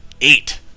eight